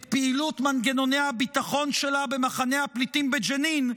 פעילות מנגנוני הביטחון שלה במחנה הפליטים בג'נין,